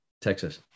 Texas